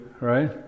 right